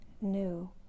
new